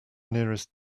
nearest